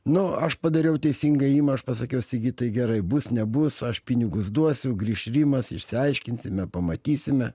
nu aš padariau teisingą ėjimą aš pasakiau sigitai gerai bus nebus aš pinigus duosiu grįš rimas išsiaiškinsime pamatysime